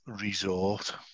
Resort